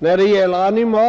bli helt andra.